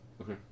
Okay